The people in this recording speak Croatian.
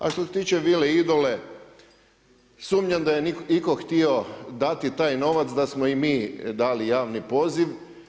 A što se tiče vile Idole, sumnjam da je itko htio dati taj novac, da smo i mi dali javni poziv.